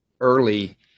Early